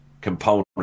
component